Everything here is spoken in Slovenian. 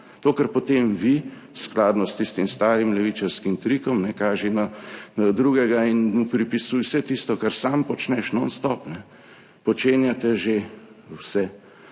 To, kar potem vi, skladno s tistim starim levičarskim trikom, kaži na drugega in mu pripisuj vse tisto, kar sam počneš nonstop, počenjate že vse